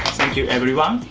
thank you, everyone,